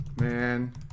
man